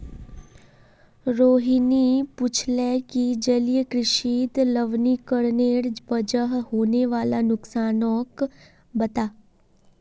रोहिणी पूछले कि जलीय कृषित लवणीकरनेर वजह होने वाला नुकसानक बता